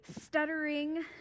stuttering